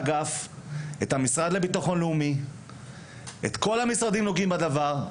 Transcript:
את המשרד לביטחון לאומי ואת כל המשרדים הנוגעים בדבר,